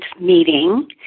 meeting